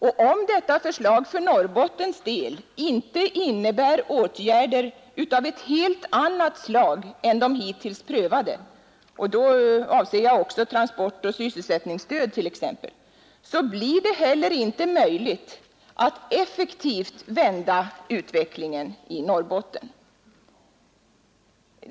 Och om detta förslag för Norrbottens del inte innebär åtgärder av ett helt annat slag än de hittills prövade — då avser jag också transportoch sysselsättningsstöd t.ex. — blir det heller inte möjligt att effektivt vända utvecklingen i Norrbotten.